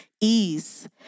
ease